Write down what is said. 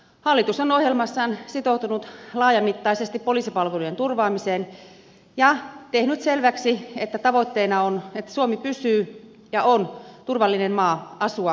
hallitus on ohjelmassaan sitoutunut laajamittaisesti poliisipalvelujen turvaamiseen ja tehnyt selväksi että tavoitteena on että suomi on turvallinen maa asua ja elää ja pysyy sellaisena